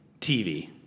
TV